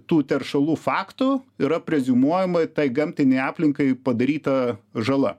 tų teršalų faktų yra preziumuojama tai gamtinei aplinkai padaryta žala